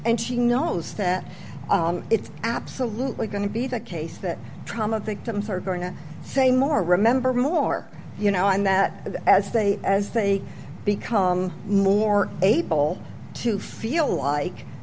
and she knows that it's absolutely going to be the case that trauma victims are going to say more remember more you know and that as they as they become more able to feel like